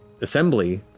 assembly